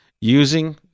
using